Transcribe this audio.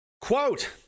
quote